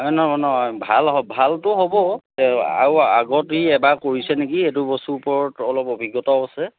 নহয় নহয় ভাল ভালতো হ'বই আৰু আগত ই এবাৰ কৰিছে নেকি এইটো বস্তুৰ ওপৰত অভিজ্ঞতাও আছে